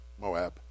Moab